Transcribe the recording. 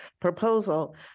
proposal